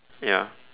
ya